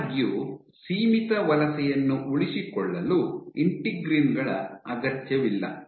ಆದಾಗ್ಯೂ ಸೀಮಿತ ವಲಸೆಯನ್ನು ಉಳಿಸಿಕೊಳ್ಳಲು ಇಂಟಿಗ್ರೀನ್ ಗಳ ಅಗತ್ಯವಿಲ್ಲ